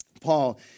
Paul